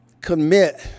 commit